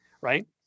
right